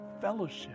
fellowship